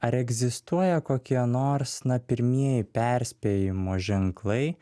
ar egzistuoja kokie nors na pirmieji perspėjimo ženklai